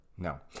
No